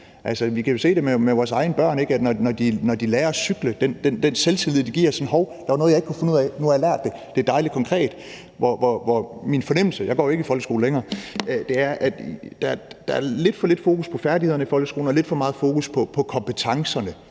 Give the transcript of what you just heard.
Vi kan jo se det med vores egne børn, når de lærer at cykle – den selvtillid, det giver: Hov, der var noget, jeg ikke kunne finde ud af, og nu har jeg lært det. Det er dejlig konkret. Min fornemmelse, og jeg går jo ikke i folkeskolen længere, er, at der er lidt for lidt fokus på færdighederne i folkeskolen og lidt for meget fokus på kompetencerne,